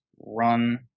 run